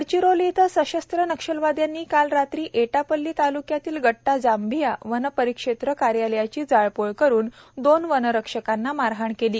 गडचिरोली इथं सशस्त्र नक्षलवाद्यांनी काल रात्री एटापल्ली तालुक्यातील गट्टाजांभिया वनपरिक्षेत्र कार्यालयाची जाळपोळ करुन दोन वनरक्षकांना मारहाण केली